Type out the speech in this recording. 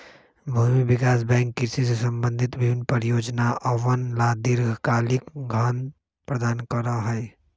भूमि विकास बैंक कृषि से संबंधित विभिन्न परियोजनअवन ला दीर्घकालिक धन प्रदान करा हई